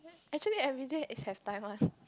actually everyday is have time one